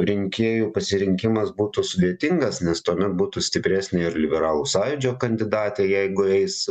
rinkėjų pasirinkimas būtų sudėtingas nes tuomet būtų stipresnė ir liberalų sąjūdžio kandidatė jeigu eis